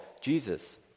Jesus